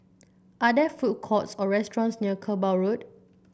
are there food courts or restaurants near Kerbau Road